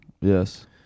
Yes